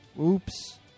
Oops